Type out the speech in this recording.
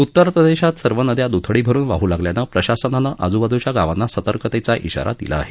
उत्तरप्रदेशात सर्व नद्या दुथडी भरुन वाहू लागल्यानं प्रशासनानं आजूबाजूच्या गावांना सतर्कतेचा ध्वारा दिला आहे